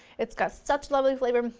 it's got such lovely flavor,